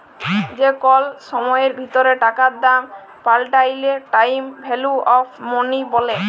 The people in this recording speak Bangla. যে কল সময়ের ভিতরে টাকার দাম পাল্টাইলে টাইম ভ্যালু অফ মনি ব্যলে